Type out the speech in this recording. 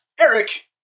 Eric